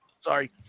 Sorry